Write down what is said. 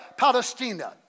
Palestina